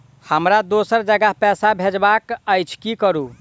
हमरा दोसर जगह पैसा भेजबाक अछि की करू?